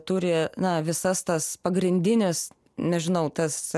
turi na visas tas pagrindinis nežinau tas